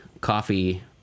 coffee